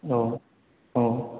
औ औ